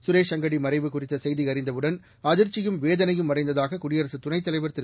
சுரேஷ் அங்கடி மறைவு குறித்த செய்தி அறிந்தவுடன் அதிர்ச்சியும் வேதனையும் அடைந்ததாக குடியரசு துணைத் தலைவர் திரு